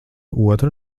otru